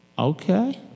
Okay